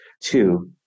Two